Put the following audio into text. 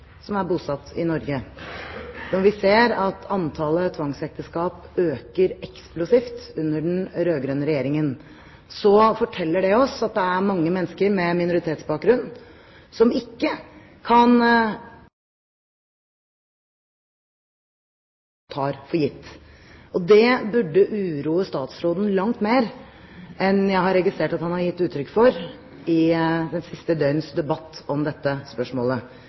som er bosatt i Norge. Når vi ser at antallet tvangsekteskap øker eksplosivt under den rød-grønne regjeringen, så forteller det oss at det er mange mennesker med minoritetsbakgrunn som ikke kan leve med den samme friheten som resten av oss tar for gitt. Det burde uroe statsråden langt mer enn det jeg har registrert at han har gitt uttrykk for i det siste døgnets debatt om dette spørsmålet.